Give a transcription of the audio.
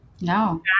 no